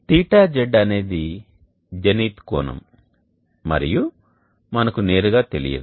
θz అనేది జెనిత్ కోణం మరియు మనకు నేరుగా తెలియదు